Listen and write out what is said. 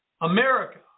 America